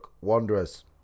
Wanderers